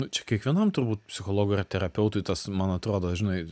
nu čia kiekvienam turbūt psichologui ir terapeutui tas man atrodo žinai